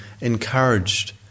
encouraged